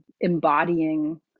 embodying